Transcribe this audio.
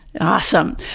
Awesome